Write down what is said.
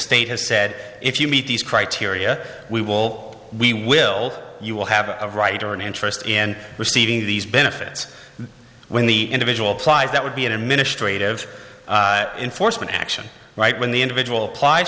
state has said if you meet these criteria we will we will well you will have a right or an interest in receiving these benefits when the individual plies that would be an administrative enforcement action right when the individual